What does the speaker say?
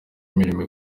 imirimo